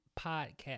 Podcast